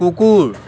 কুকুৰ